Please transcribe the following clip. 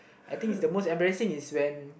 I think it's the most embarrassing is when